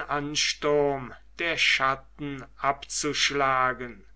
ansturm der chatten abzuschlagen